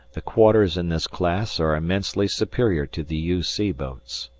the quarters in this class are immensely superior to the u c boats.